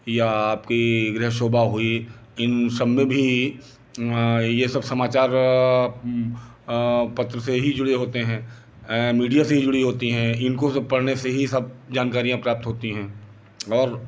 या आपकी गृह शोभा हुई इन सब में भी ये सब समाचार पत्र से ही जुड़े होते हैं मीडिया से ही जुड़ी होती हैं इनको सब पढ़ने से ही सब जानकारियाँ प्राप्त होती हैं और